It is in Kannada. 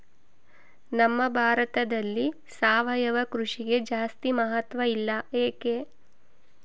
ನಮ್ಮ ಭಾರತದಲ್ಲಿ ಸಾವಯವ ಕೃಷಿಗೆ ಜಾಸ್ತಿ ಮಹತ್ವ ಇಲ್ಲ ಯಾಕೆ?